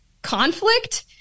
conflict